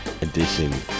Edition